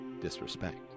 disrespect